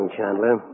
Chandler